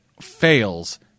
fails